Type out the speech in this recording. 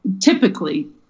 typically